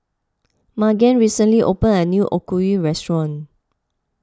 Magen recently opened a new Okayu restaurant